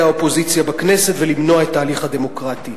האופוזיציה בכנסת ולמנוע את ההליך הדמוקרטי.